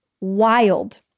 wild